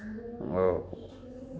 और